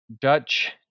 Dutch